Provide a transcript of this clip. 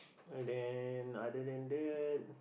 uh then other than that